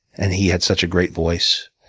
and he had such a great voice.